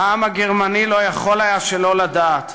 העם הגרמני לא יכול היה שלא לדעת.